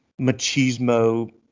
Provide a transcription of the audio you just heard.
Machismo